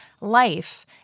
life